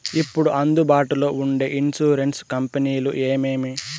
ఇప్పుడు అందుబాటులో ఉండే ఇన్సూరెన్సు కంపెనీలు ఏమేమి?